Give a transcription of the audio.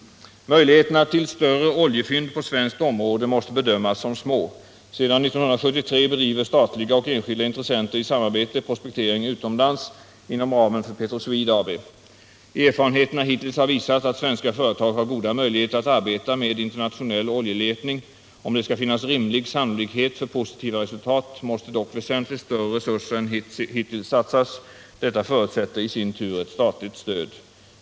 Möjligheterna till större oljefynd på svenskt område måste bedömas som små. Sedan år 1973 bedriver statliga och enskilda intressenter i samarbete prospektering utomlands inom ramen för Petroswede AB. Erfarenheterna hittills har visat att svenska företag har goda möjligheter att arbeta med internationell oljeletning. Om det skall finnas rimlig sannolikhet för positiva resultat måste dock väsentligt större resurser än hittills satsas. Detta förutsätter i sin tur ett statligt stöd.